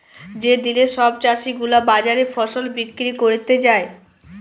যে দিলে সব চাষী গুলা বাজারে ফসল বিক্রি ক্যরতে যায়